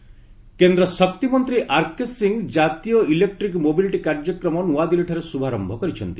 R K Singh କେନ୍ଦ୍ର ଶକ୍ତିମନ୍ତ୍ରୀ R K Singh ଜାତୀୟ ଇଲେକ୍ଟ୍ରିକ୍ ମୋବିଲିଟି କାର୍ଯ୍ୟକ୍ରମ ନୂଆଦିଲ୍ଲୀଠାରେ ଶୁଭାରୟ କରିଛନ୍ତି